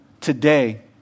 today